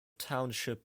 township